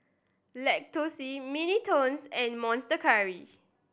Lacoste Mini Toons and Monster Curry